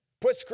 Put